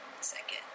Second